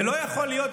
ולא יכול להיות,